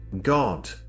God